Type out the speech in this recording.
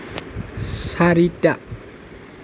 চাৰিটা